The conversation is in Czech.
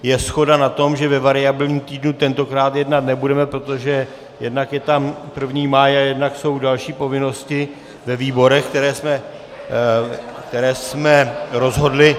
Je shoda na tom, že ve variabilním týdnu tentokrát jednat nebudeme, protože jednak je tam 1. máj a jednak jsou další povinnosti ve výborech, které jsme rozhodli.